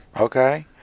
okay